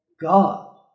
God